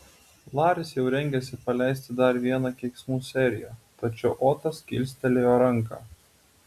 laris jau rengėsi paleisti dar vieną keiksmų seriją tačiau otas kilstelėjo ranką